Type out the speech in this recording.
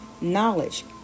Knowledge